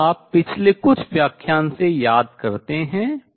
यदि आप पिछले कुछ व्याख्यान से याद करते हैं